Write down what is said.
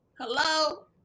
Hello